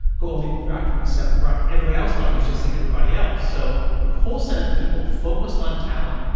who only drafted him in the seventh round. everyone else thought he was just like everybody else. so if a whole set of people focused on talent,